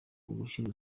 ugushyira